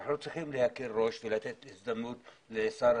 ואנחנו לא צריכים להקל ראש ולתת הזדמנות לשר